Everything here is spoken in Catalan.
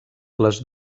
les